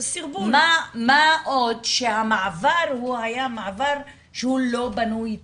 מה עוד שהמעבר הוא היה מעבר שהוא לא בנוי טוב.